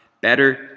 Better